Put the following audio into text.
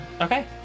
Okay